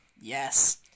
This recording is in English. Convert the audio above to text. Yes